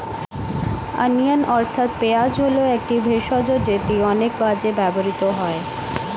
onion অর্থাৎ পেঁয়াজ হল একটি ভেষজ যেটি অনেক কাজে ব্যবহৃত হয়